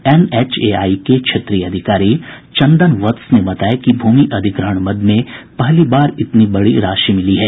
NHAI के क्षेत्रीय अधिकारी चंदन वत्स ने बताया कि भूमि अधिग्रहण मद में पहली बार इतनी बड़ी राशि मिली है